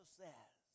says